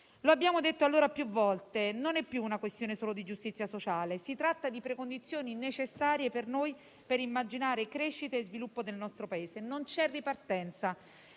Lo abbiamo detto, allora, più volte: non è più soltanto una questione di giustizia sociale; si tratta di precondizioni necessarie per noi per immaginare crescita e sviluppo del nostro Paese. Non c'è ripartenza